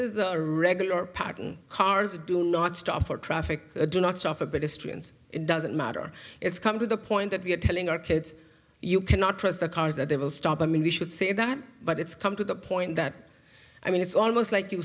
is a regular patton cars do not stop for traffic do not suffer but history and it doesn't matter it's come to the point that we are telling our kids you cannot trust their cars that they will stop them and we should say that but it's come to the point that i mean it's almost like you